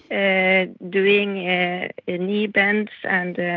and doing ah knee bends and,